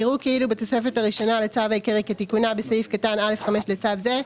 יראו כאילו בתוספת הראשונה לצו העיקרי כתיקונה בסעיף קטן (א)(5) לצו זה,